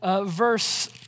verse